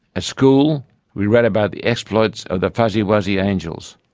at school we read about the exploits of the fuzzy-wuzzy angels,